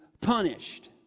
punished